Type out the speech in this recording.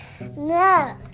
No